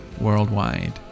worldwide